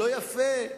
לא יפה,